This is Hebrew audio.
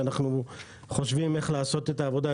שנה שאנחנו חושבים איך לעשות את העבודה,